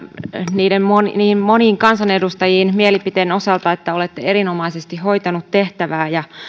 niihin moniin moniin kansanedustajiin sen mielipiteen osalta että olette erinomaisesti hoitanut tehtävää ja